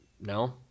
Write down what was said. no